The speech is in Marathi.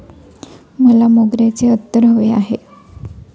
मला मोगऱ्याचे अत्तर हवे आहे